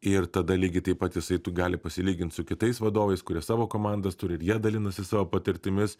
ir tada lygiai taip pat jisai tu gali pasilygint su kitais vadovais kurie savo komandas turi ir jie dalinasi savo patirtimis